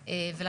הרתעה,